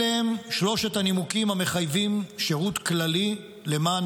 אלה הם שלושת הנימוקים המחייבים שירות כללי למען